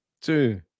two